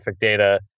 data